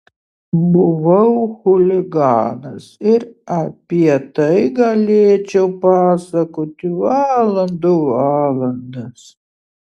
buvau chuliganas ir apie tai galėčiau pasakoti valandų valandas